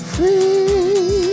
Free